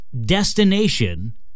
destination